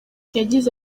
yagize